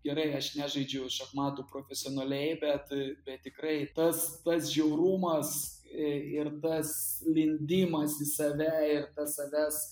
gerai aš nežaidžiu šachmatų profesionaliai bet bet tikrai tas tas žiaurumas ir tas lindimas į save ir savęs